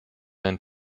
ein